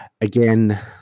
Again